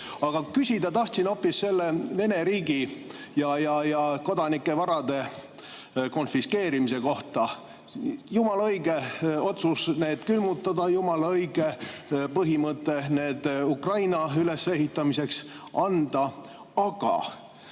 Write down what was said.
Aga küsida tahtsin hoopis selle Vene riigi ja kodanike varade konfiskeerimise kohta. Jumala õige otsus on need külmutada, jumala õige põhimõte on need Ukraina ülesehitamiseks anda. Aga